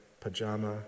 pajama